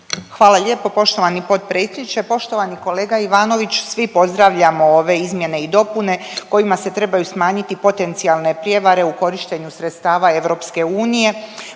Hvala lijepo poštovani potpredsjedniče. Poštovani kolega Ivanović svi pozdravljamo ove izmjene i dopune kojima se trebaju smanjiti potencijalne prijevare u korištenju sredstava EU. Međutim,